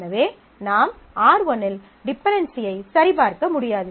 எனவே நாம் R1 இல் டிபென்டென்சியை சரிபார்க்க முடியாது